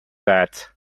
that